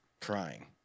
Crying